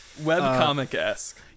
Webcomic-esque